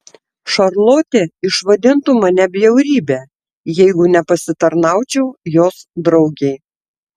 šarlotė išvadintų mane bjaurybe jeigu nepasitarnaučiau jos draugei